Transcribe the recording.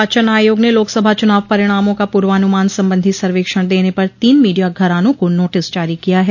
निर्वाचन आयोग ने लोकसभा चुनाव परिणामों का प्रवान्मान संबंधी सर्वेक्षण देने पर तीन मीडिया घरानों को नोटिस जारी किया है